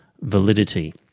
validity